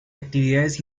actividades